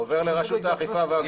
הוא עובר לרשות האכיפה והגבייה.